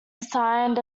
assigned